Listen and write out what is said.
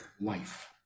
life